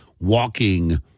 walking